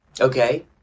Okay